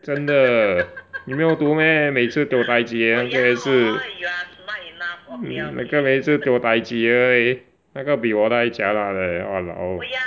真的你没有读 meh 每次 tio dai ji 那个每次 tio dai ji eh leh 那个比我的还 jialat eh !walao!